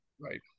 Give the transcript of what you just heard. Right